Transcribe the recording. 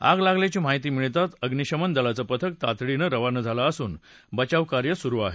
आग लागल्याची माहिती मिळाताच अग्निशमन दलाचं पथक तातडीनं रवान झालं असून बचाव कार्य सुरु आहे